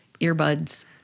earbuds